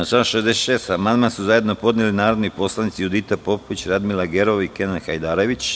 Na član 66. amandman su zajedno podneli narodni poslanici Judita Popović, Radmila Gerov i Kenan Hajdarević.